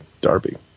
Darby